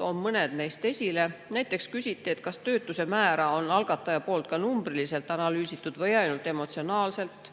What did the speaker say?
toon mõned neist esile. Näiteks küsiti, kas töötuse määra on algataja ka numbriliselt analüüsinud või ainult emotsionaalselt.